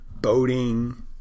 Boating